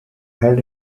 held